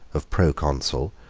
of proconsul,